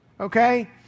okay